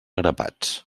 grapats